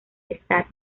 está